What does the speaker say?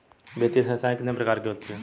वित्तीय संस्थाएं कितने प्रकार की होती हैं?